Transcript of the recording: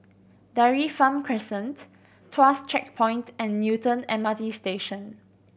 Dairy Farm Crescent Tuas Checkpoint and Newton M R T Station